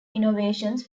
innovations